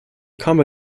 komme